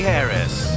Harris